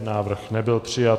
Návrh nebyl přijat.